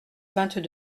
vingt